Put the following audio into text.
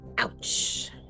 Ouch